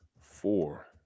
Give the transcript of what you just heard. four